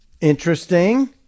Interesting